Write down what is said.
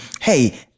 hey